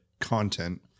content